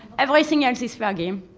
everything else is fair game.